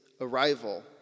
arrival